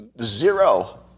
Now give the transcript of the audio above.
Zero